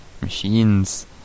machines